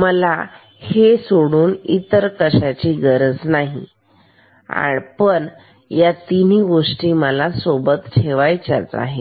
मला इतर कशाची गरज नाही ह्याच गोष्टी मला बरोबर ठेवायचं आहे